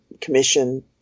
commission